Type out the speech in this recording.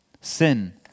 Sin